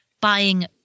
buying